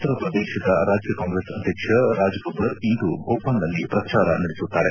ಉತ್ತರ ಪ್ರದೇಶದ ರಾಜ್ಯ ಕಾಂಗ್ರೆಸ್ ಅಧ್ಯಕ್ಷ ರಾಜ್ ಬಬ್ಬರ್ ಇಂದು ಭೋಪಾಲ್ನಲ್ಲಿ ಪ್ರಚಾರ ನಡೆಸುತ್ತಾರೆ